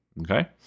okay